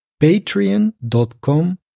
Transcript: patreon.com